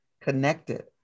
connected